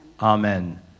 Amen